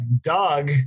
Doug